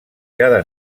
cada